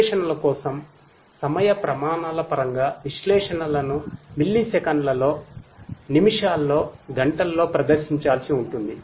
విశ్లేషణల కోసం సమయ ప్రమాణాల పరంగావిశ్లేషణలను మిల్లీసెకన్లలో నిమిషాల్లో గంటల్లో ప్రదర్శించాల్సి ఉంటుంది